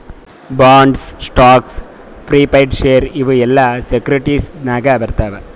bonds, stocks, preferred share ಇವು ಎಲ್ಲಾ securities ನಾಗೆ ಬರ್ತಾವ್